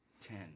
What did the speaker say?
Ten